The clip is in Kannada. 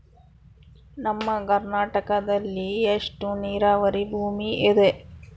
ನಮ್ಮ ಕರ್ನಾಟಕದಲ್ಲಿ ಎಷ್ಟು ನೇರಾವರಿ ಭೂಮಿ ಇದೆ?